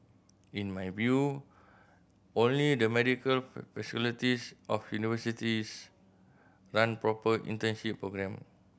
in my view only the medical of universities run proper internship programme